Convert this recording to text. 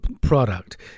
product